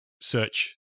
search